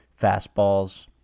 fastballs